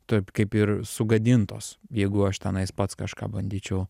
taip kaip ir sugadintos jeigu aš tenai pats kažką bandyčiau